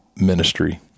ministry